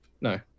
no